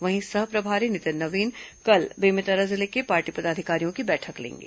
वहीं सह प्रभारी नितिन नवीन कल बेमेतरा जिले के पार्टी पदाधिकारियों की बैठक लेंगे